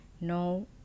no